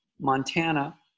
Montana